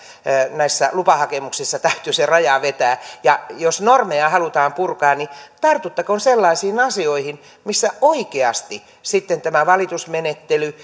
näissä lupahakemuksissa täytyy se raja vetää ja jos normeja halutaan purkaa tartuttakoon sellaisiin asioihin missä oikeasti sitten tämä valitusmenettely